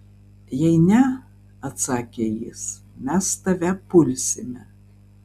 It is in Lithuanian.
jei ne atsakė jis mes tave pulsime